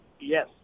Yes